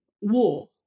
war